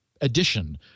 addition